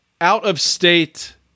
out-of-state